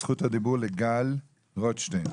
זכות הדיבור לגל רויטשטיין.